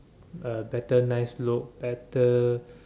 uh better nice look better